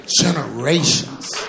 Generations